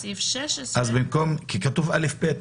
בסעיף 16 כתוב קנס